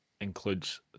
includes